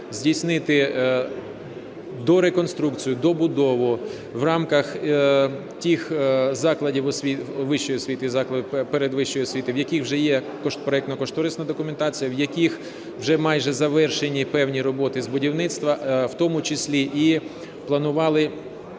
здійснити дореконструкцію, добудову в рамках тих закладів вищої освіти і закладів передвищої освіти, в яких вже є проектно-кошторисна документація, в яких вже майже завершені певні роботи з будівництва, в тому числі і планували